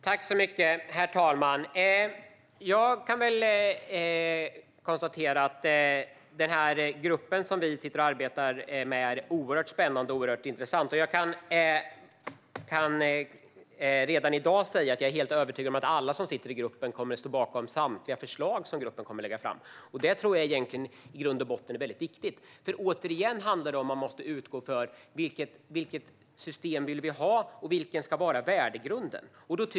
Herr talman! Jag kan konstatera att det som vi i den här gruppen sitter och arbetar med är oerhört spännande och intressant, och jag kan redan i dag säga att jag är helt övertygad om att alla som sitter i gruppen kommer att stå bakom samtliga förslag som gruppen kommer att lägga fram. Det tror jag är väldigt viktigt. Det handlar återigen om vilket system vi vill ha och vad som ska vara värdegrunden.